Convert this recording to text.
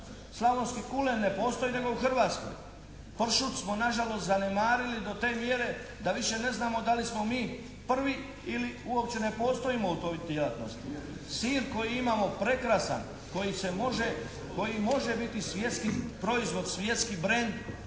Slavonski kulen ne postoji nego u Hrvatskoj. Pršut smo nažalost zanemarili do te mjere da više ne znamo da li smo mi prvi ili uopće ne postojimo u toj djelatnosti. Sir koji imamo prekrasan, koji može biti svjetski proizvod, svjetski brend,